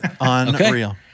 unreal